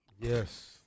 Yes